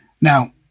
Now